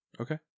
Okay